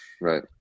right